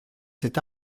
cet